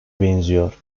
benziyor